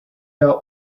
are